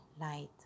light